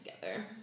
together